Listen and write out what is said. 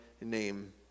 name